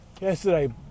Yesterday